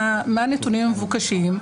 מה הנתונים המבוקשים,